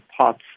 parts